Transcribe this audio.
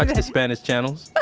like the spanish channels